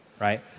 right